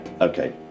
Okay